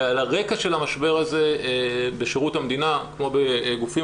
ועל הרקע של המשבר הזה בשירות המדינה כמו בגופים